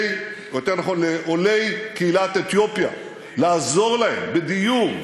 לעולי קהילת אתיופיה, לעזור להם בדיור,